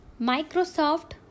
Microsoft